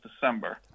December